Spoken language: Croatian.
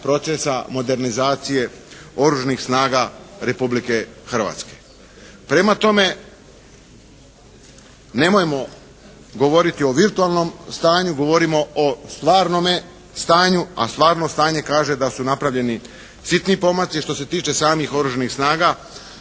procesa, modernizacije oružanih snaga Republike Hrvatske. Prema tome, nemojmo govoriti o virtualnom stanju, govorimo o stvarnom stanju a stvarno stanje kaže da su napravljeni sitni pomaci. Što se tiče samih oružanih snaga